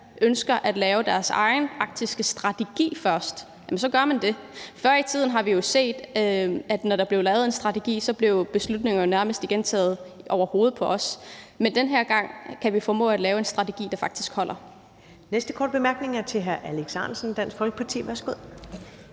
ønsker at lave deres egen arktiske strategi først, jamen så gør man det. Før i tiden har vi jo set, at når der blev lavet en strategi, blev beslutningerne nærmest taget hen over hovedet på os. Men den her gang kan vi formå at lave en strategi, der faktisk holder. Kl. 21:09 Første næstformand (Karen Ellemann): Den